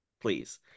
Please